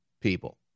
people